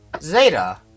Zeta